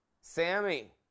Sammy